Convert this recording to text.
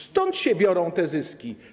Stąd się biorą te zyski.